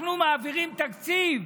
אנחנו מעבירים תקציב,